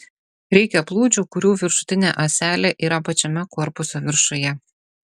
reikia plūdžių kurių viršutinė ąselė yra pačiame korpuso viršuje